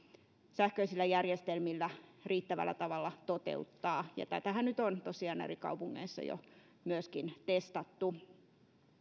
sähköisillä järjestelmillä riittävällä tavalla toteuttaa tätähän nyt on tosiaan eri kaupungeissa jo myöskin testattu